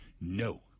No